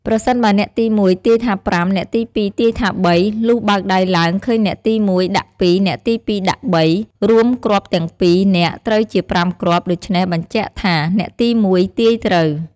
ប្រសិនបើអ្នកទី១ ទាយថា៥ អ្នកទី២ ទាយថា៣ លុះបើកដៃឡើងឃើញអ្នកទី១ ដាក់២ អ្នកទី២ ដាក់៣ រួមគ្រាប់ទាំង២ នាក់ត្រូវជា ៥ គ្រាប់ ដូច្នេះ បញ្ជាក់បានថា អ្នកទី ១ ទាយត្រូវ។